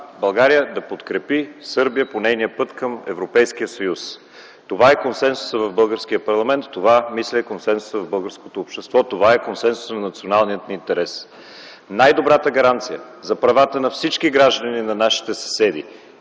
България да подкрепи Сърбия по нейния път към Европейския съюз. Това е консенсусът в българския парламент, това мисля е консенсусът в българското общество, това е консенсусът на националния ни интерес. Най-добрата гаранция за правата на всички граждани на нашите съседи